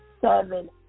seven